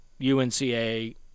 UNCA